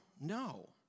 no